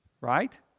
Right